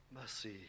mercy